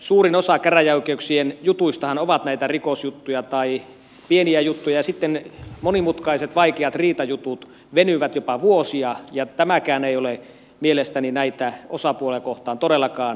suurin osa käräjäoikeuksien jutuistahan on näitä rikosjuttuja tai pieniä juttuja ja sitten monimutkaiset vaikeat riitajutut venyvät jopa vuosia ja tämäkään ei ole mielestäni näitä osapuolia kohtaan todellakaan oikein